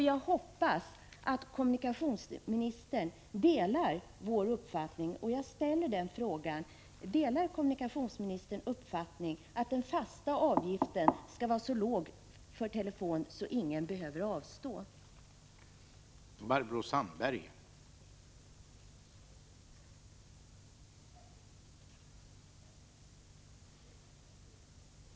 Jag hoppas att kommunikationsministern delar vår uppfattning, och jag ställer frågan: Delar kommunikationsministern uppfattningen att den fasta avgiften för telefon skall vara så låg att ingen behöver avstå från att ha telefon?